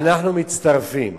עד הכספים לאברכים.